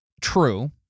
true